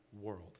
world